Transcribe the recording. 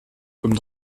comme